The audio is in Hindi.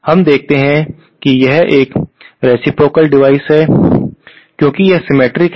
हम देखते हैं कि यह एक रेसिप्रोकाल डिवाइस है क्योंकि यह सिमेट्रिक है